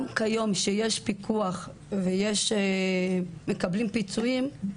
גם כיום, כשיש פיקוח ומקבלים פיצויי פיטורין,